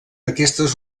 aquestes